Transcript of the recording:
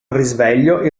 risveglio